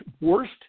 worst